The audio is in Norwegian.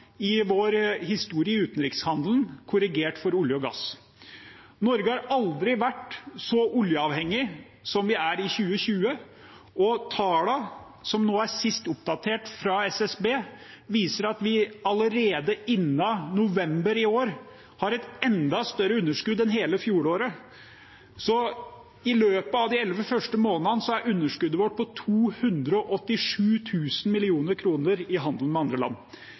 i utenrikshandelen noen gang i vår historie, korrigert for olje og gass. Norge har aldri vært så oljeavhengig som vi er i 2020, og de siste oppdaterte tallene fra SSB viser at vi allerede innen november i år hadde et enda større underskudd enn i hele fjoråret. I løpet av de elleve første månedene er underskuddet vårt 287 000 mill. kr i handelen med andre land.